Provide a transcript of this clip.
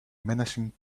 menacing